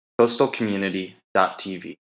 coastalcommunity.tv